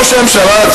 ראש הממשלה,